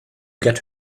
get